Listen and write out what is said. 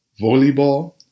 volleyball